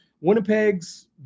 Winnipeg's